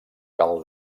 cal